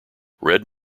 red